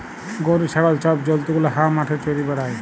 গরু, ছাগল ছব জল্তু গুলা হাঁ মাঠে চ্যরে বেড়ায়